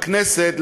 בכנסת,